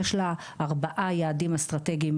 יש לה 4 יעדים אסטרטגיים